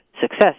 success